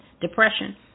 depression